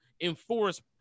enforce